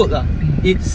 mm